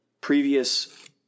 previous